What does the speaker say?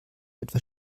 etwas